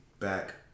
back